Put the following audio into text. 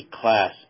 class